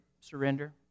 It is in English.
surrender